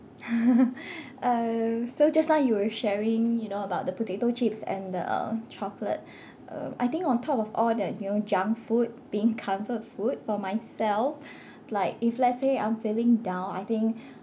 uh so just now you were sharing you know about the potato chips and the chocolate uh I think on top of all that you know junk food being comfort food for myself like if let's say I'm feeling down I think